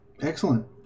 Excellent